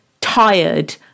tired